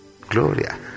Gloria